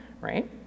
right